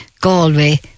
Galway